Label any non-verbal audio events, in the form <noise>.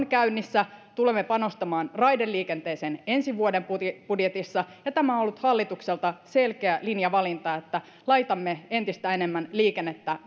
<unintelligible> käynnissä tulemme panostamaan raideliikenteeseen ensi vuoden budjetissa tämä on ollut hallitukselta selkeä linjavalinta että laitamme entistä enemmän liikennettä <unintelligible>